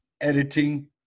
editing